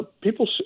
People